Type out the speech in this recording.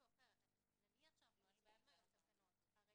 נניח שאנחנו צריכים היום תקנות הרי